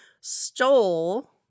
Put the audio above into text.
stole